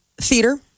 Theater